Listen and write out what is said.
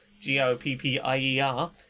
g-o-p-p-i-e-r